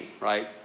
right